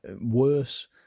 worse